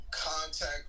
contact